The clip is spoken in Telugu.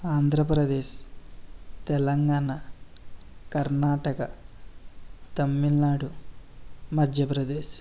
ఆంధ్రప్రదేశ్ తెలంగాణ కర్ణాటక తమిళనాడు మధ్యప్రదేశ్